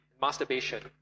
masturbation